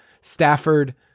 Stafford